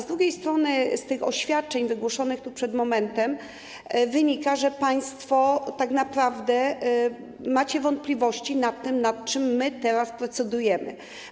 Z drugiej strony z tych oświadczeń wygłoszonych tu przed momentem wynika, że państwo tak naprawdę macie wątpliwości co do tego, nad czym teraz procedujemy.